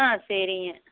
ஆ சரிங்க